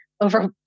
over